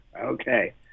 Okay